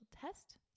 test